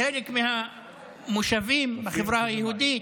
חלק מהמושבים בחברה היהודית,